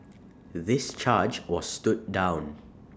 this charge was stood down